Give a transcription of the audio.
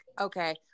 Okay